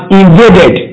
invaded